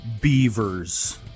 beavers